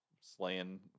slaying